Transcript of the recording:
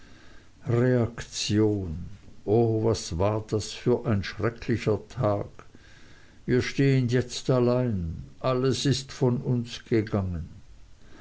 reaktion o was war das für ein schrecklicher tag wir stehen jetzt allein alles ist von uns gegangen